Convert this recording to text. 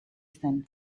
zen